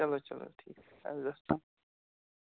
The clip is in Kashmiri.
چَلو چَلو ٹھیٖک اَدٕ حظ اَسلام